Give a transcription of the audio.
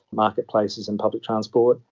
marketplaces and public transport,